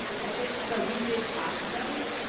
i mean so we did ask them,